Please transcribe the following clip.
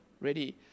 ready